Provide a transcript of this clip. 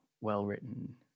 well-written